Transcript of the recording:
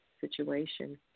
situation